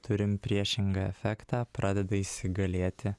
turim priešingą efektą pradeda įsigalėti